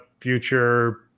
future